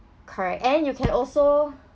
correct and you can also